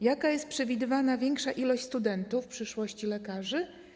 Jaka jest przewidywana większa ilość studentów, a w przyszłości lekarzy?